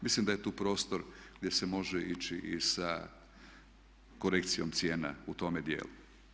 Mislim da je tu prostor gdje se može ići i sa korekcijom cijena u tome dijelu.